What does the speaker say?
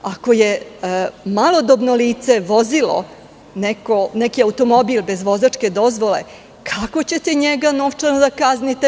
Ako je malodobno lice vozilo neki automobil bez vozačke dozvole, kako ćete njega novčano kazniti?